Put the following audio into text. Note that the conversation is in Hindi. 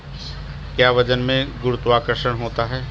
क्या वजन में गुरुत्वाकर्षण शामिल है?